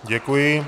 Děkuji.